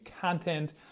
content